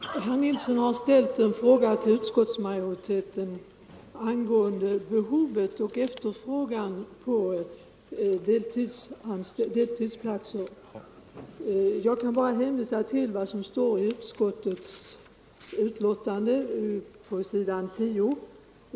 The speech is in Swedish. Herr talman! Herr Nilsson i Kalmar har ställt en fråga till utskottsmajoriteten angående behovet av och efterfrågan på deltidsplatser. Jag kan bara hänvisa till vad som står i utskottets betänkande på s. 10.